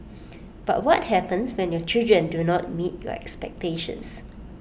but what happens when your children do not meet your expectations